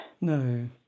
No